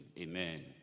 Amen